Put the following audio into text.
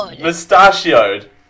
Mustachioed